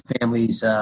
families